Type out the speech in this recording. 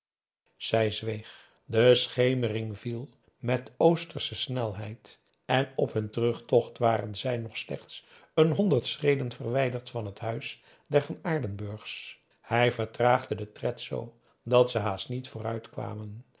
zij zweeg de schemering viel met oostersche snelheid en op hun terugtocht waren zij nog slechts n honderd schreden verwijderd van het huis der van aardenburgs hij vertraagde den tred z dat ze haast niet vooruit kwamen